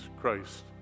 Christ